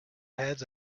heads